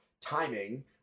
timing